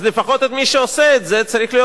אז לפחות מי שעושה את זה צריך להיות